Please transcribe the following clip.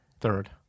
third